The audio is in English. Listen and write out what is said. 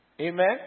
Amen